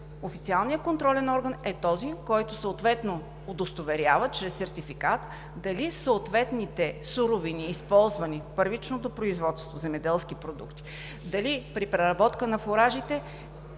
официалният контролен орган е този, който удостоверява чрез сертификат дали съответните суровини, използвани в първичното производство земеделски продукти, дали преработвателите на фуражите